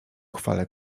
chwale